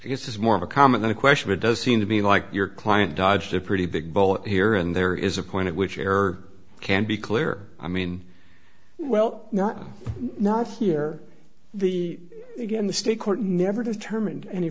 this is more of a common than a question it does seem to be like your client dodged a pretty big bullet here and there is a point at which error can be clear i mean well not not here the again the state court never determined any